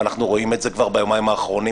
ואנחנו רואים את זה כבר ביומיים האחרונים,